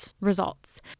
results